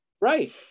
Right